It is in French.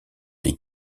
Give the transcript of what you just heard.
les